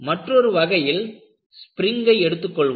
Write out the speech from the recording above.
மற்றொரு வகையில் ஸ்பிரிங்கை எடுத்துக் கொள்வோம்